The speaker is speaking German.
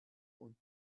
und